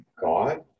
god